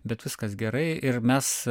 bet viskas gerai ir mes